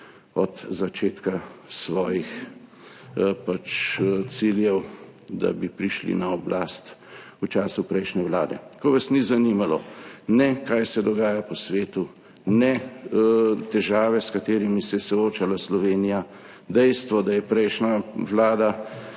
od začetka svojih ciljev, da bi prišli na oblast v času prejšnje vlade, ko vas ni zanimalo ne kaj se dogaja po svetu ne težave, s katerimi se je soočala Slovenija. Dejstvo, da je prejšnja vlada